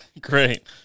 Great